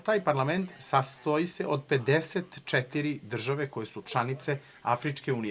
Taj parlament sastoji se od 54 države koje su članice Afričke unije.